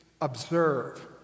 observe